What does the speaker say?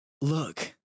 Look